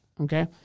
Okay